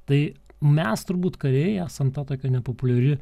tai mes turbūt kariai esam ta tokia nepopuliari